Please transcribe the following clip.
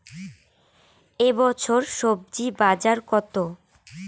এ বছর স্বজি বাজার কত?